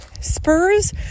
spurs